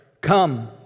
Come